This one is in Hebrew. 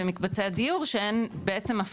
בקבצי הדיור שאין בעצם,